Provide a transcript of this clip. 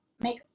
make